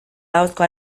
ahozko